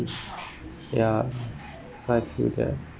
ya so I feel that